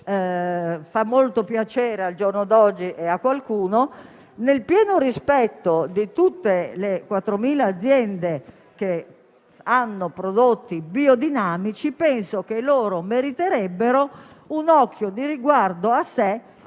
fa molto piacere al giorno d'oggi a qualcuno. Nel pieno rispetto di tutte le 4.000 aziende che hanno prodotti biodinamici, penso che esse meriterebbero un occhio di riguardo a sé